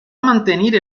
mantenir